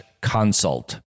consult